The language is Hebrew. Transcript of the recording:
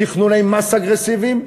תכנוני מס אגרסיביים,